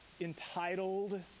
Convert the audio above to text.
entitled